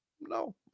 No